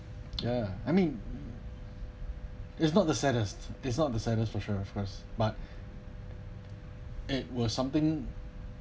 ya I mean it's not the saddest it's not the saddest for sure of course but it was something